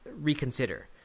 reconsider